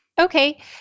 Okay